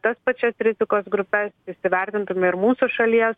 tas pačias rizikos grupes įsivertintume ir mūsų šalies